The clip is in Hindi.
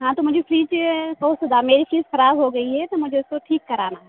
हाँ तो मुझे फ्रिज मेरी फ्रिज ख़राब हो गई तो मुझे उसको ठीक कराना है